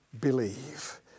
believe